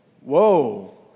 whoa